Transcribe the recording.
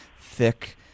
thick